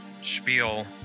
spiel